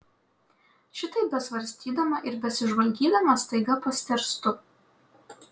šitaip besvarstydama ir besižvalgydama staiga pastėrstu